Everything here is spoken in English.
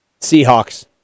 Seahawks